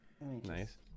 Nice